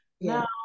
Now